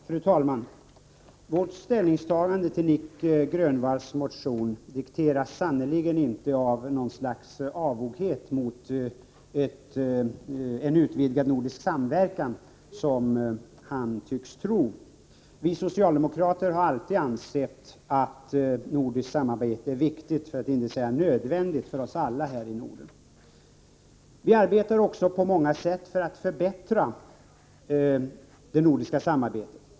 Fru talman! Vårt ställningstagande till Nic Grönvalls motion dikteras sannerligen inte av något slags avoghet mot en utvidgad nordisk samverkan, 61 vilket han tycks tro. Vi socialdemokrater har alltid ansett att nordiskt samarbete är viktigt, för att inte säga nödvändigt för oss alla här i Norden. Vi arbetar också på många sätt för att förbättra det nordiska samarbetet.